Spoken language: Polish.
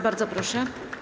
Bardzo proszę.